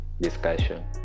discussion